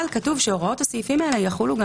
אבל כתוב שהוראות הסעיפים האלה יחולו גם